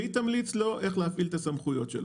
והיא תמליץ לו איך להפעיל את הסמכויות שלו.